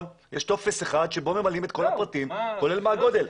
יש טופס אחד שבו ממלאים את כל הפרטים כולל מה הגודל.